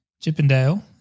Chippendale